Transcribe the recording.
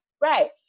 right